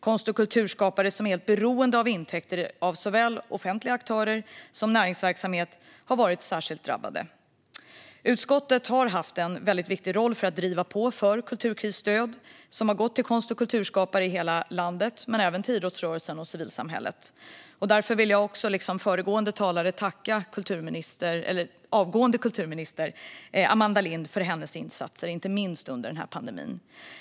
Konst och kulturskapare som är helt beroende av intäkter från såväl offentliga aktörer som näringsverksamhet har varit särskilt drabbade. Utskottet har haft en väldigt viktig roll för att driva på för kulturkrisstöd som har gått till konst och kulturskapare i hela landet, men även till idrottsrörelsen och civilsamhället. Jag vill liksom föregående talare tacka avgående kulturministern Amanda Lind för hennes insatser, inte minst under pandemin.